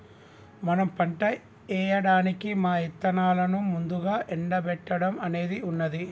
మనం పంట ఏయడానికి మా ఇత్తనాలను ముందుగా ఎండబెట్టడం అనేది ఉన్నది